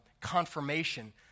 confirmation